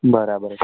બરાબર